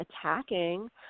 attacking